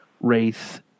race